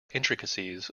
intricacies